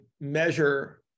measure